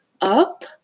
up